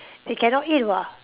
they cannot eat [what]